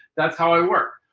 that's how i work.